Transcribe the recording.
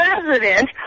president